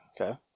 Okay